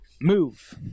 move